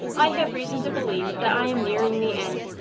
i have reason to believe that i am nearing the end.